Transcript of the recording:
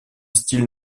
style